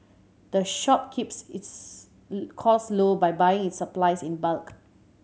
the shop keeps its cost low by buying its supplies in bulk